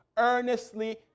earnestly